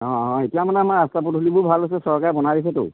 অঁ অঁ এতিয়া মানে আমাৰ ৰাস্তা পদূলিবোৰ ভাল হৈছে চৰকাৰে বনাই দিছেতো